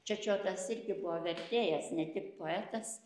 čečiotas irgi buvo vertėjas ne tik poetas